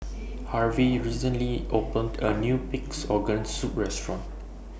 Harvey recently opened A New Pig'S Organ Soup Restaurant